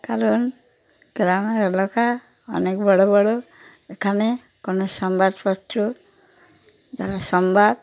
কারণ গ্রামের এলাকা অনেক বড় বড় এখানে কোনো সংবাদপত্র যারা সংবাদ